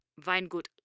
Weingut